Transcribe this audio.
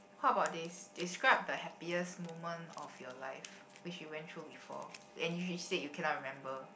how about this describe the happiest moment of your life which you went through before and if you said you cannot remember